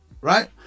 right